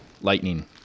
lightning